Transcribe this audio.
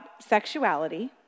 sexuality